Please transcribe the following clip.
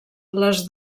les